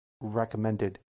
recommended